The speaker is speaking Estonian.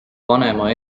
vanema